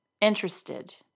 interested